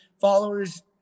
followers